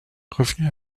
revenu